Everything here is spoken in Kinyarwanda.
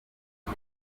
ubu